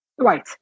right